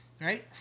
right